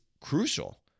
crucial